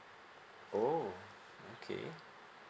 oh okay